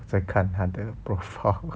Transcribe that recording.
想看他的 profile